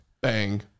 bang